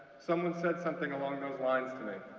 someone said something along those lines to me.